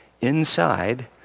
inside